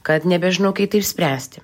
kad nebežinau kai tai išspręsti